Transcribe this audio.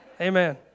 Amen